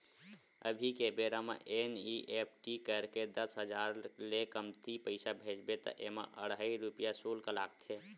अभी के बेरा म एन.इ.एफ.टी करके दस हजार ले कमती पइसा भेजबे त एमा अढ़हइ रूपिया सुल्क लागथे